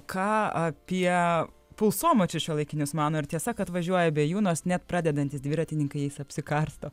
ką apie pulsomačius šiuolaikinius mano ar tiesa kad važiuoja be jų nors net pradedantys dviratininkai jais apsikarsto